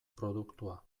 produktua